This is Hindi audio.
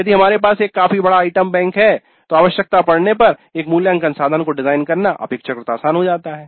यदि हमारे पास एक काफी बड़ा आइटम बैंक है तो आवश्यकता पड़ने पर एक मूल्यांकन साधन को डिजाइन करना अपेक्षाकृत आसान हो जाता है